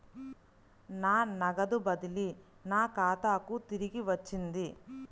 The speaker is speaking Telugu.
నా నగదు బదిలీ నా ఖాతాకు తిరిగి వచ్చింది